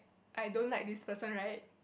I don't like this person right